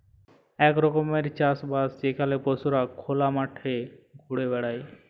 ইক রকমের চাষ বাস যেখালে পশুরা খলা মাঠে ঘুরে বেড়ায়